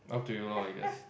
up to you lor I guess